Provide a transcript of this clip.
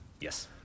Yes